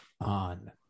on